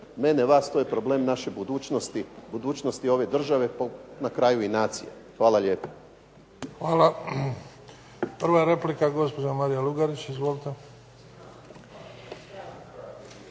mene, vas, to je problem naše budućnosti, budućnosti ove države, na kraju i nacije. Hvala lijepa. **Bebić, Luka (HDZ)** Hvala. Prva replika, gospođa Marija Lugarić. Izvolite.